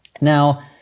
Now